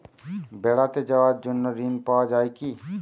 বেড়াতে যাওয়ার জন্য ঋণ পাওয়া যায় কি?